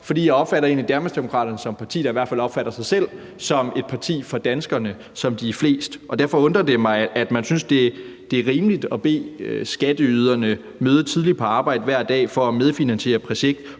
For jeg opfatter egentlig Danmarksdemokraterne som et parti, der i hvert fald opfatter sig selv som et parti for danskerne, som de er flest. Derfor undrer det mig, at man synes, det er rimeligt at bede skatteyderne møde tidligt på arbejde hver dag for at medfinansiere projekter,